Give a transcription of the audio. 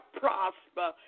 prosper